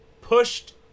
pushed